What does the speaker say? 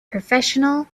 professional